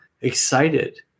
excited